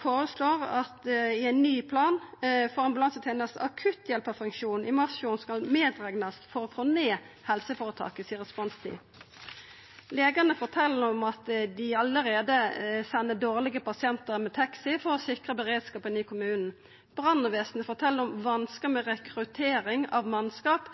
føreslår i ein ny plan for ambulansetenesta at akutthjelparfunksjonen i Masfjorden skal reknast med for å få ned helseføretaket si responstid. Legane fortel at dei allereie sender dårlege pasientar med taxi for å sikra beredskapen i kommunen. Brannvesenet fortel om vanskar med rekruttering av mannskap